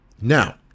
Now